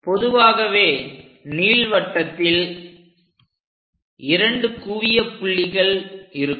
பொதுவாகவே நீள்வட்டத்தில் இரண்டு குவியப்புள்ளிகள் இருக்கும்